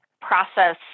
process